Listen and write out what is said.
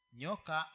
Nyoka